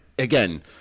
Again